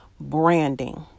branding